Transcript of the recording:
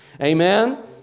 amen